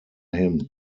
him